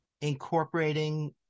incorporating